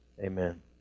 Amen